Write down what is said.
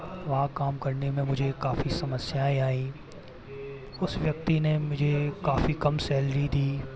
वहाँ काम करने में मुझे काफ़ी समस्याएँ आई उस व्यक्ति ने मुझे काफ़ी कम सैलरी दी